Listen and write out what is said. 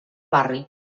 barri